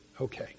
Okay